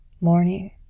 morning